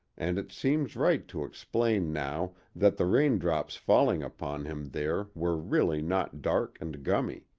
and it seems right to explain now that the raindrops falling upon him there were really not dark and gummy